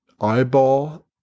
eyeball